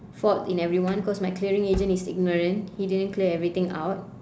fault in everyone cause my clearing agent is ignorant he didn't clear everything out